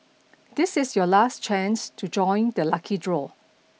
this is your last chance to join the lucky draw